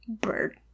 Bird